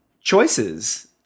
choices